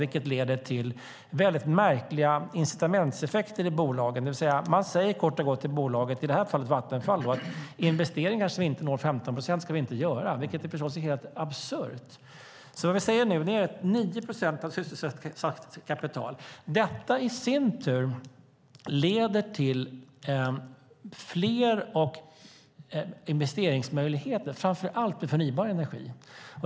Det leder till mycket märkliga incitamentseffekter i bolagen när man kort och gott säger till dem, i det här fallet Vattenfall, att investeringar som inte når 15 procent ska vi inte göra. Det är förstås helt absurt. Nu säger vi 9 procent av sysselsatt kapital. Detta i sin tur leder till fler investeringsmöjligheter, framför allt i förnybar energi.